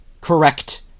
Correct